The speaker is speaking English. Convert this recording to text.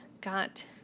got